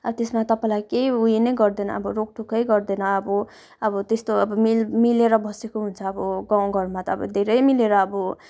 अब त्यसमा तपाईँलाई केही उयो नै गर्दैन अब रोकटोकै गर्दैन अब अब त्यस्तो अब मिल मिलेर बसेको हुन्छ अब गाउँघरमा त अब धेरै मिलेर अब